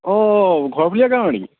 অঁ